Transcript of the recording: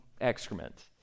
excrement